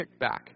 kickback